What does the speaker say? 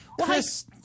Chris